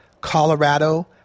Colorado